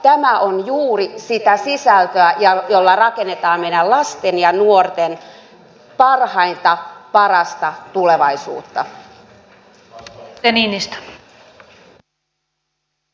tämä on juuri sitä sisältöä jolla rakennetaan meidän lasten ja nuorten parhainta parasta tulevaisuutta